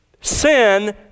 Sin